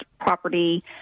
property